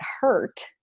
hurt